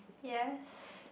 yes